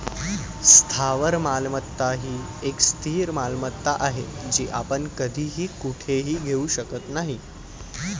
स्थावर मालमत्ता ही एक स्थिर मालमत्ता आहे, जी आपण कधीही कुठेही घेऊ शकत नाही